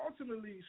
ultimately